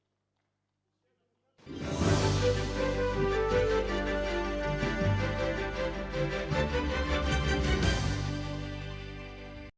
Дякую.